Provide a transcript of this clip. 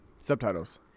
subtitles